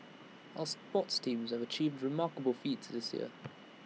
our sports teams have achieved remarkable feats this year